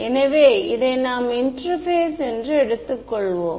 எனவே இதை நாம் இன்டெர்பேஸ் என்று எடுத்துக்கொள்வோம்